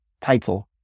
title